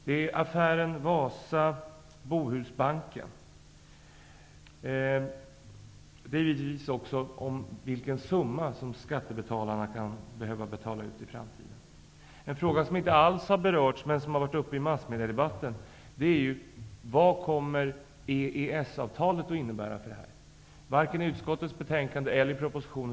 Det gäller affären Wasa Bohusbanken. Det gäller givetvis också vilken summa skattebetalarna kan behöva betala ut i framtiden. En fråga som inte alls har berörts, men som har varit uppe i debatten i massmedia, är vad EES avtalet kommer att innebära på det här området. Denna fråga berörs varken i utskottets betänkande eller i propositionen.